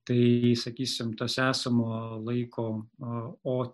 tai jei sakysim tas esamo laiko o